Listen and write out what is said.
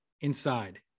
inside